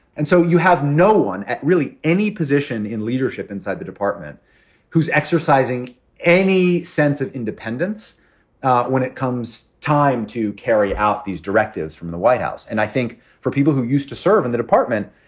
and so you have no one really any position in leadership inside the department who's exercising any sense of independence when it comes time to carry out these directives from the white house. and i think for people who used to serve in the department,